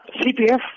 CPF